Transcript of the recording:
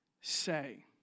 say